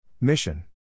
Mission